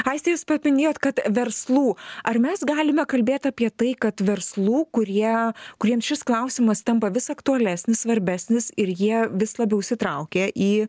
aiste jūs paminėjot kad verslų ar mes galime kalbėt apie tai kad verslų kurie kuriems šis klausimas tampa vis aktualesnis svarbesnis ir jie vis labiau įsitraukia į